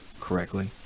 correctly